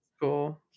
cool